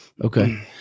Okay